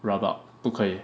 rabak 不可以